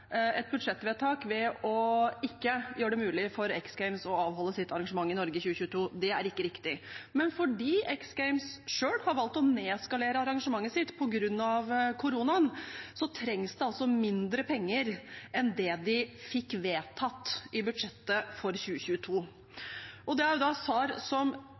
gjøre det mulig for X Games å avholde sitt arrangement i Norge i 2022. Det er ikke riktig. Men fordi X Games selv har valgt å nedskalere arrangementet sitt på grunn av koronaen, trengs det altså mindre penger enn det de fikk vedtatt i budsjettet for 2022. Det er